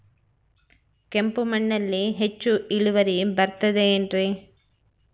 ಕೆಂಪು ಮಣ್ಣಲ್ಲಿ ಹೆಚ್ಚು ಇಳುವರಿ ಬರುತ್ತದೆ ಏನ್ರಿ?